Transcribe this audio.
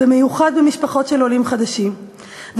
במיוחד במשפחות של עולים חדשים,